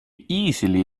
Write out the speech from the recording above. easily